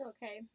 Okay